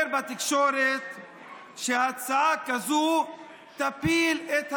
בתקשורת שהצעה כזו תפיל את הממשלה.